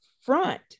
front